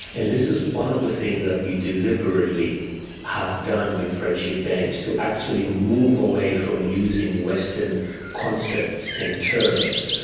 and this is one of the things that we deliberately have done with friendship bench, to actually move away from using western concepts and terms.